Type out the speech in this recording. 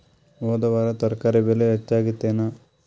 ಹೊದ ವಾರ ತರಕಾರಿ ಬೆಲೆ ಹೆಚ್ಚಾಗಿತ್ತೇನ?